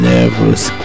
Nervous